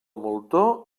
moltó